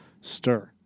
stir